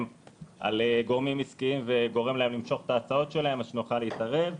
על גורמים עסקיים וגורם להם למשוך את ההצעות שלהם שנוכל להתערב,